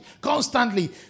Constantly